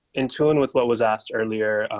in tune with what was asked earlier.